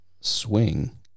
swing